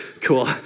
cool